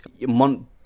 Mont